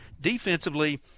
Defensively